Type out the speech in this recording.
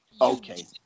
okay